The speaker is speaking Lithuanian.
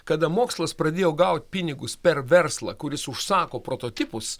kada mokslas pradėjo gaut pinigus per verslą kuris užsako prototipus